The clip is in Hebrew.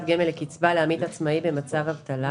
גמל לקצבה לעמית עצמאי במצב אבטלה"